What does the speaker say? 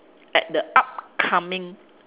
at the upcoming